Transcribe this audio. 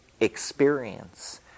experience